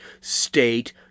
state